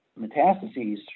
metastases